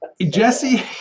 Jesse